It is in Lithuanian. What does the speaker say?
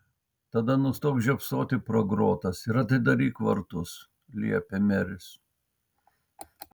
tada nustok žiopsoti pro grotas ir atidaryk vartus liepė meris